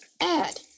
Add